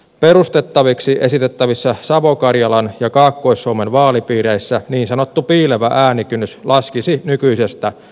perustettaviksi esitettävissä savo karjalan ja kaakkois suomen vaalipiireissä niin sanottu piilevä äänikynnys laskisi nykyisestä selvästi